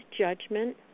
judgment